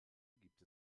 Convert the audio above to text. gibt